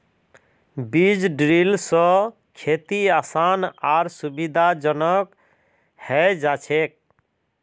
बीज ड्रिल स खेती आसान आर सुविधाजनक हैं जाछेक